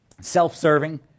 self-serving